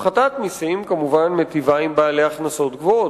הפחתת מסים כמובן מיטיבה עם בעלי הכנסות גבוהות,